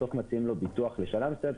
בסוף מציעים לו ביטוח לשנה מסוימת,